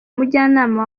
umujyanama